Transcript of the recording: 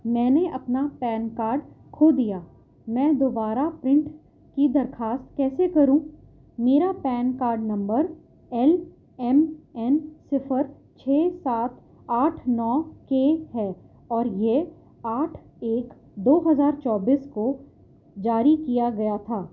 میں نے اپنا پین کارڈ کھو دیا میں دوبارہ پرنٹ کی درخواست کیسے کروں میرا پین کارڈ نمبر ایل ایم این صفر چھ سات آٹھ نو کے ہے اور یہ آٹھ ایک دو ہزار چوبیس کو جاری کیا گیا تھا